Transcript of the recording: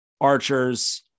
archers